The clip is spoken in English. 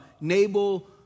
Nabal